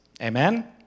Amen